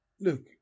look